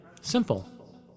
Simple